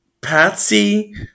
Patsy